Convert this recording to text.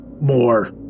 more